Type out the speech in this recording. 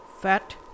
Fat